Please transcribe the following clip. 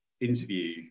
interview